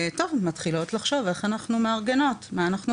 מתחילות לחשוב איך אנחנו מארגנות ומה אנחנו עושות.